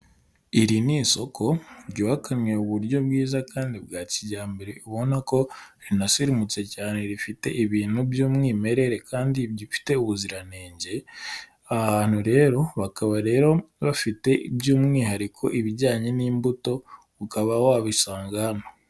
Iri ni isoko, ryubakanywe uburyo bwiza kandi bwa kijyambere, ubona ko rinasirimutse cyane rifite ibintu by'umwimerere kandi bifite ubuziranenge, abantu rero bakaba rero bafite by'umwihariko ibijyanye n'imbuto, ukaba wabisanga hano.